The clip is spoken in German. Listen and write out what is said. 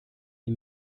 die